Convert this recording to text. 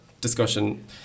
discussion